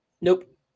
Nope